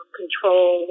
control